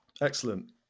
Excellent